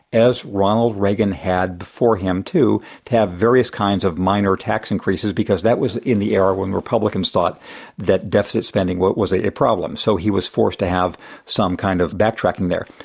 as ronald reagan had before him, too, to have various kinds of minor tax increases, because that was in the era when republicans thought that deficit spending was a problem. so he was forced to have some kind of back-tracking there.